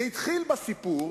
זה התחיל בסיפור